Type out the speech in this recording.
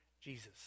Jesus